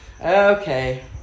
Okay